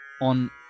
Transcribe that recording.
on